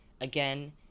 Again